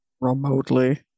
remotely